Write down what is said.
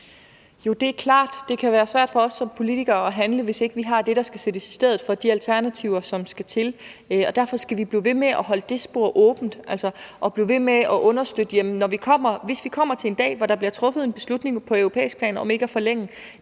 Jo, det er klart. Det kan være svært for os som politikere at handle, hvis ikke vi har det, der skal sættes i stedet for, altså de alternativer, som skal til – og derfor skal vi blive ved med at holde det spor åbent og blive ved med at understøtte det. Hvis vi kommer til en dag, hvor der bliver truffet en beslutning på europæisk plan om ikke at forlænge